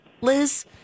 Liz